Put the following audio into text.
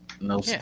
No